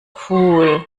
cool